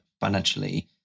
financially